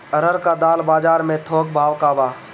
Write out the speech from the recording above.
अरहर क दाल बजार में थोक भाव का बा?